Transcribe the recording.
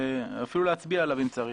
ואפילו להצביע עליו אם צריך.